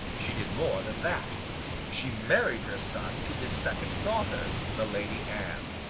she did more than that she married her son to his second daughter, the lady anne.